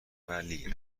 ولی